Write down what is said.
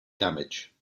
damage